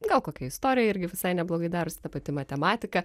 gal kokia istorija irgi visai neblogai daros ta pati matematika